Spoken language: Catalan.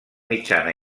mitjana